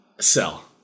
Sell